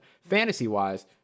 fantasy-wise